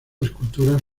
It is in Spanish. esculturas